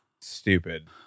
stupid